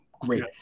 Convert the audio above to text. great